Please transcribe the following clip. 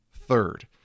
third